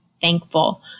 thankful